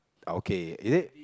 okay is it